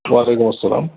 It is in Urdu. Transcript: وعلیکم السلام